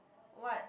what